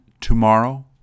tomorrow